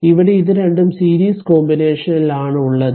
ഇവിടെ ഇത് രണ്ടും സീരീസ് കോമ്പിനേഷൻ ഇൽ ആണ് ഉള്ളത്